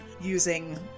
using